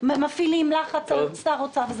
מפעילים לחץ על שר האוצר.